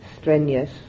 strenuous